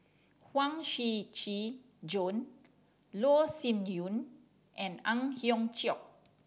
Huang Shiqi Joan Loh Sin Yun and Ang Hiong Chiok